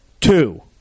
two